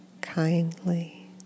kindly